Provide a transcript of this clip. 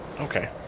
Okay